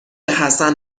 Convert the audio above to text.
حسن